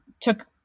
took